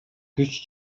күч